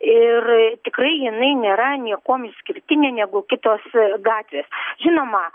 ir tikrai jinai nėra niekuom išskirtinė negu kitos gatvės žinoma